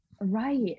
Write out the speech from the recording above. Right